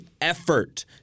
effort